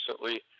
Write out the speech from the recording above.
recently